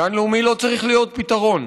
גן לאומי לא, צריך להיות פתרון.